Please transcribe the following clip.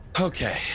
Okay